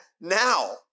now